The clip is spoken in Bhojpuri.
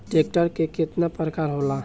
ट्रैक्टर के केतना प्रकार होला?